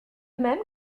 même